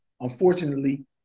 Unfortunately